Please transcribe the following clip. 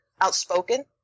outspoken